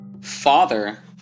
father